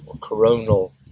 coronal